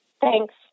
Thanks